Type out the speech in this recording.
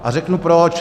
A řeknu proč.